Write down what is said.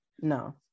No